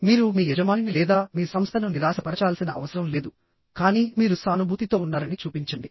మీరు మీ యజమానిని లేదా మీ సంస్థను నిరాశపరచాల్సిన అవసరం లేదు కానీ మీరు సానుభూతితో ఉన్నారని చూపించండి